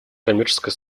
коммерческой